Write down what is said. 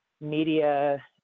media